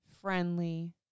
friendly